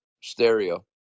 stereo